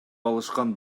алышкан